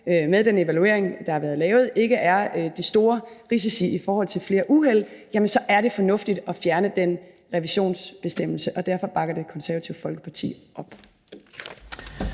med den evaluering, der har været lavet, har set, at der ikke er de store risici i forhold til flere uheld, jamen så er det fornuftigt at fjerne den revisionsbestemmelse. Derfor bakker Det Konservative Folkeparti op.